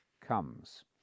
comes